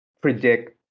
predict